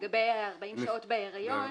לגבי ה-40 שעות בהיריון,